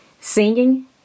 singing